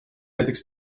näiteks